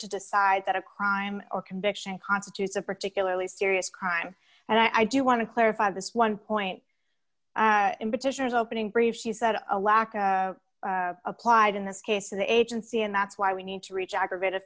to decide that a crime or conviction constitutes a particularly serious crime and i do want to clarify this one point in particular is opening brief she said a lack of five applied in this case an agency and that's why we need to reach aggravated